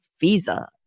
visa